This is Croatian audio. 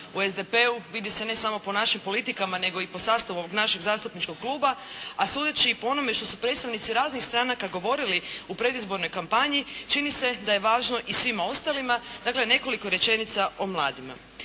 ne razumije se./… ne samo po našim politikama, nego i po sastavu ovog našeg zastupničkog kluba, a sudeći i po onome što su predstavnici raznih stranaka govorili u predizbornoj kampanji, čini se da je važno i svima ostalima, dakle nekoliko rečenica o mladima.